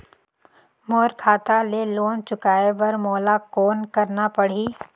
मोर खाता ले लोन चुकाय बर मोला कौन करना पड़ही?